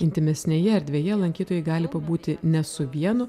intymesnėje erdvėje lankytojai gali pabūti ne su vienu